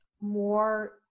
more